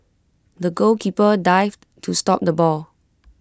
the goalkeeper dived to stop the ball